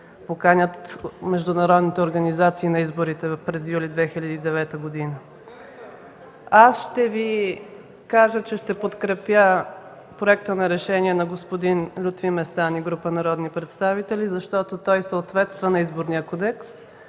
поканят международните организации на изборите през юли 2009 г. Аз ще подкрепя проекта на решение на господин Лютви Местан и група народни представители, защото той съответства на Изборния кодекс,